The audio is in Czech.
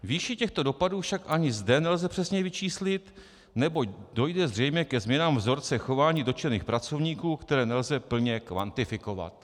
Výši těchto dopadů však ani zde nelze přesně vyčíslit, neboť dojde zřejmě ke změnám vzorce chování dotčených pracovníků, které nelze plně kvantifikovat.